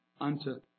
unto